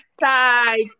side